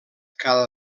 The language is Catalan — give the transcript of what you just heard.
cada